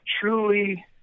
truly